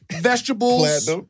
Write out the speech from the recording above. vegetables